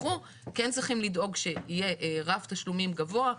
כן צריכים לדאוג שיהיה רף תשלומים גבוה,